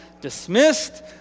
dismissed